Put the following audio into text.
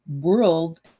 world